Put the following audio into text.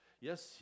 Yes